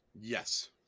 Yes